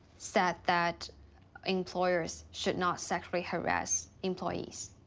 said that employers should not sexually harass employees.